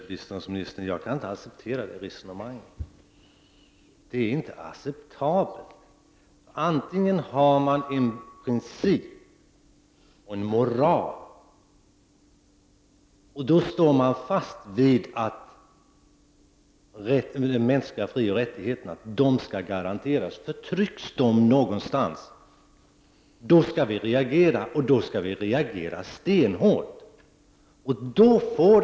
Herr talman! Jag kan inte, biståndsministern, acceptera det förda resonemanget. Det är inte acceptabelt. Om man har en princip och känner moral, vidhåller man att de mänskliga frioch rättigheterna skall garanteras. Om dessa förtrycks någonstans, skall vi reagera — och vi skall reagera, skulle jag vilja säga, stenhårt.